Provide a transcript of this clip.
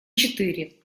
четыре